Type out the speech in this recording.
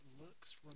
looks